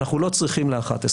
לא, אנחנו לא צריכים ל-11,